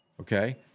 Okay